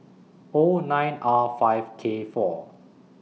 O nine R five K four